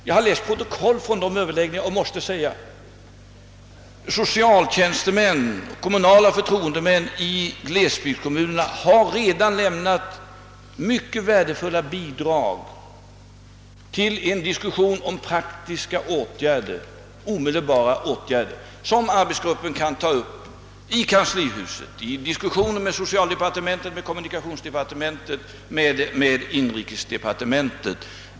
Jag har läst protokoll från dessa överläggningar och måste säga att socialtjänstemän och kommunala förtroendemän i glesbygdskommunerna redan har lämnat mycket värdefulla bidrag till en diskussion om omedelbara praktiska åtgärder, vilka ar betsgruppen kan ta upp i kanslihuset med socialdepartementet, med kommunikationsdepartementet och med inrikesdepartementet.